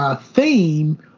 theme